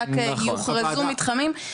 רק יוכרזו מתחמים,